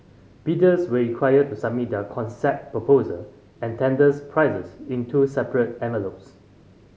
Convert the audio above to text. bidders were required to submit their concept proposal and tenders prices in two separate envelopes